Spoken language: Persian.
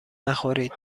نخورید